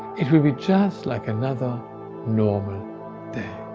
it will be just like another normal day.